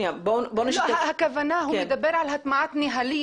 הוא מדבר על הטמעת נוהלים.